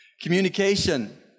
Communication